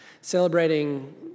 Celebrating